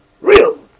real